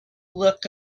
look